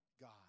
God